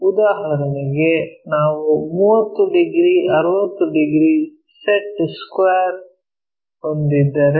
ಉದಾಹರಣೆಗೆ ನಾವು 30 degree 60 degree set square ಹೊಂದಿದ್ದರೆ